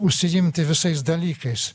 užsiimti visais dalykais